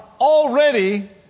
already